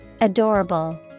Adorable